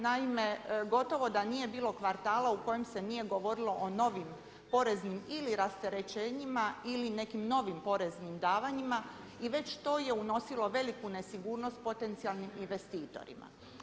Naime, gotovo da nije bilo kvartala u kojem se nije govorilo o novim poreznim ili rasterećenjima ili nekim novim poreznim davanjima i već to je unosilo veliku nesigurnost potencijalnim investitorima.